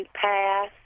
pass